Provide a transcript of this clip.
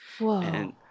Whoa